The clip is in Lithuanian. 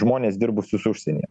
žmones dirbusius užsienyje